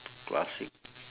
classic